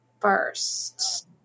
first